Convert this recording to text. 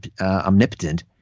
omnipotent